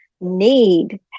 need